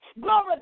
Glory